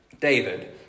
David